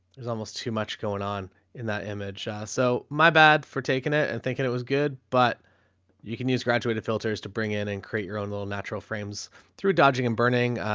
there's almost too much going on in that image. ah so my bad for taking it and thinking it was good, but you can use graduated filters to bring in and create your own little natural frames through dodging and burning. ah,